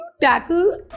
tackle